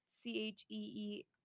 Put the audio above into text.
C-H-E-E